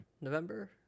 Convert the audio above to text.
November